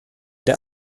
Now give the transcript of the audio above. der